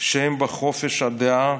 שאין בו חופש הדעה,